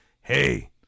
hey